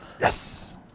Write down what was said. Yes